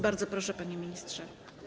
Bardzo proszę, panie ministrze.